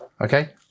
Okay